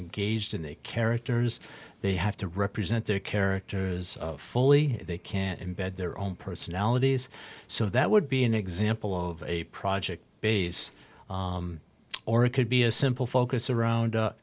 engaged in the characters they have to represent their characters fully they can embed their own personalities so that would be an example of a project base or it could be a simple focus around